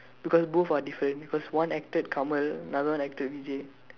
because both are different because one acted Kamal another one acted Vijay